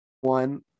one